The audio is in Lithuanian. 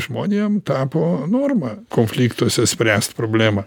žmonėm tapo norma konfliktuose spręst problemą